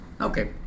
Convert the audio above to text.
Okay